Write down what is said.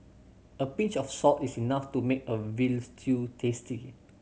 a pinch of salt is enough to make a veal stew tasty